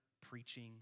preaching